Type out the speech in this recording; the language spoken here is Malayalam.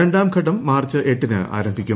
രണ്ടാംഘട്ടം മാർച്ച് എട്ടിന് ആരംഭിക്കും